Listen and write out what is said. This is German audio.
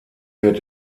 wird